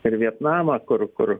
ir vietnamą kur kur